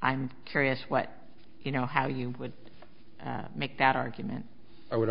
i'm curious what you know how you would make that argument i would